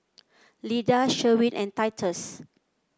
Lyda Sherwin and Titus